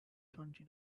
twenty